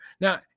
Now